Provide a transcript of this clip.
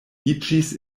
iĝis